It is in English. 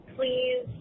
Please